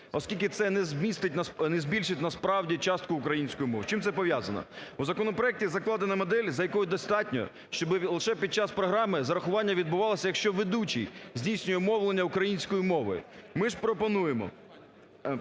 оскільки це не збільшить, насправді, частку української мови. З чим це пов'язано? У законопроекті закладена модель, за якою достатньо, щоби лише під час програму зарахування відбувалося, якщо ведучий здійснює мовлення українською мовою. Ми ж пропонуємо